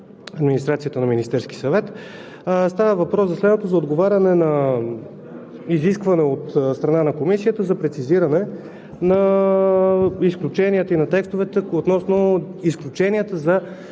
на Министерския съвет, става въпрос за следното: за отговаряне на изискване от страна на Комисията за прецизиране на изключенията и на текстовете относно изключенията за